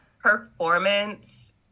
performance